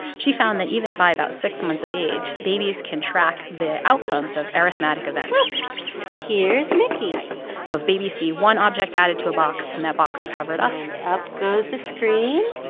she found that even by about six months of age, babies can track the outcomes of arithmetic events look here's mickey so if babies see one object added to a box and that box is covered up. and up goes the screen.